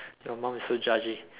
you mum is so judgy